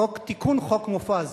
חוק לתיקון חוק מופז.